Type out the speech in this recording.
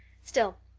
still,